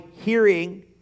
hearing